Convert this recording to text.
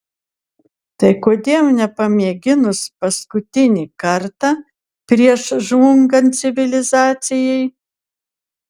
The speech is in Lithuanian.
tai kodėl nepamėginus paskutinį kartą prieš žlungant civilizacijai